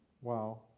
Wow